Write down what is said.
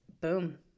Boom